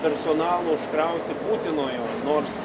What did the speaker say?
personalo užkrauti būtinojo nors